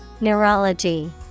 Neurology